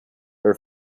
her